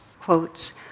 quotes